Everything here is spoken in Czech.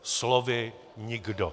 Slovy nikdo.